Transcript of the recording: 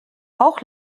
auch